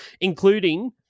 including